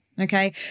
Okay